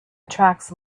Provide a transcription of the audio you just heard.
attracts